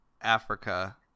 Africa